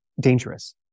dangerous